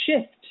shift